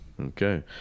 Okay